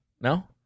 No